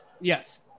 Yes